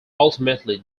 ultimately